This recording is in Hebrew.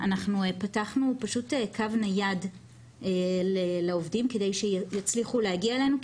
פתחנו פשוט קו נייד לעובדים כדי שיצליחו להגיע אלינו,